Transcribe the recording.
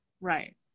right